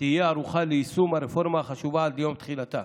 תהיה ערוכה ליישום הרפורמה החשובה עד ליום התחילה.